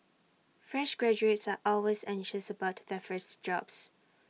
fresh graduates are always anxious about their first job